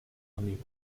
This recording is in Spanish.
amigos